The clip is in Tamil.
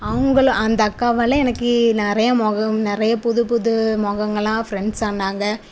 அவங்களு அந்த அக்காவால் எனக்கு நிறையா முகம் நிறையா புது புது முகங்களா ஃப்ரெண்ட்ஸ் ஆனாங்க